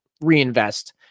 reinvest